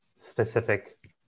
specific